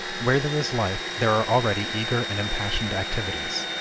where there is life, there are already eager and impassioned activities.